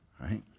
right